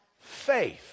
faith